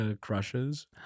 crushes